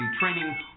training